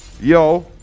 Yo